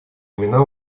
имена